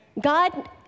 God